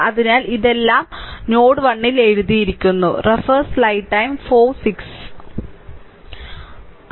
അതിനാൽ ഇതെല്ലാം നോഡ് 1 ൽ എഴുതിയിരിക്കുന്നു